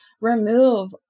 remove